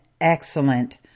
excellent